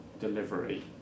delivery